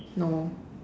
no